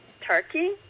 Turkey